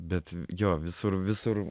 bet jo visur visur